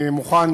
אני מוכן